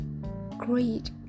great